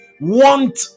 want